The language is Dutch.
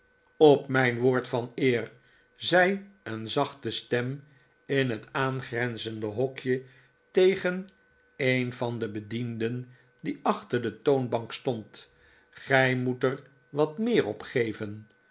op mijn woord van eer zei een zachte stem in het aangrenzende hokje tegen een van de bedienden die achter de toonbank stond gij moet er wat meer op geven